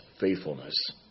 faithfulness